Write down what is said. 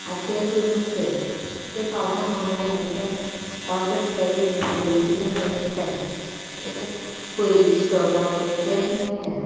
आतां तें सुद्दां नुस्तें तें पावसा खावं मेळना किद्या पावस आसतगीर झरीचें भरलें उरता ते ते पयलींची स्टॉक आसा पळय तेंच मेळटा